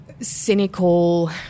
cynical